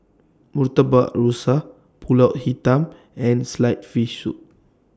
Murtabak Rusa Pulut Hitam and Sliced Fish Soup